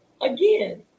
again